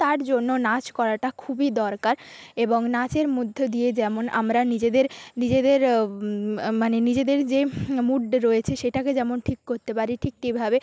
তার জন্য নাচ করাটা খুবই দরকার এবং নাচের মধ্যে দিয়ে যেমন আমরা নিজেদের নিজেদের মানে নিজেদের যে মুডটা রয়েছে সেটাকে যেমন ঠিক করতে পারি ঠিক তেভাবে